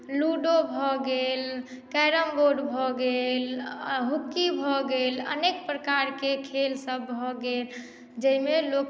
ludo भऽ गेल carrom board भऽ गेल हॉकी भऽ गेल अनेक प्रकारकेंँ खेलसभ भऽ गेल जाहिमे लोक